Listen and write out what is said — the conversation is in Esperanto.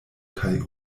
kaj